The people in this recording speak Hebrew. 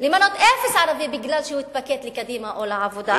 צריך למנות אפס ערבים משום שהם התפקדו לקדימה או לעבודה.